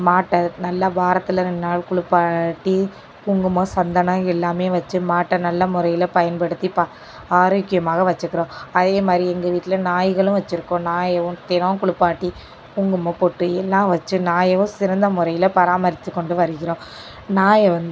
மாட்டை நல்லா வாரத்தில் ரெண்ட் நாள் குளிப்பாட்டி குங்குமம் சந்தனம் எல்லாமே வச்சு மாட்டை நல்ல முறையில பயன்படுத்தி ஆரோக்கியமாக வச்சுக்கறோம் அதேமாதிரி எங்கள் வீட்டில் நாய்களும் வச்சியிருக்கோம் நாயை தினோம் குளிப்பாட்டி குங்குமம் பொட்டு எல்லாம் வச்சு நாயவும் சிறந்த முறையில் பராமரித்து கொண்டு வருகிறோம் நாயை